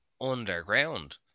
Underground